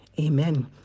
amen